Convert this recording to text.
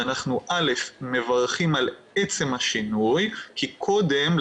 שאנחנו דבר ראשון מברכים על עצם השינוי כי קודם,